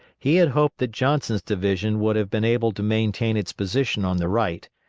he had hoped that johnson's division would have been able to maintain its position on the right,